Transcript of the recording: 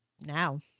now